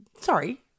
sorry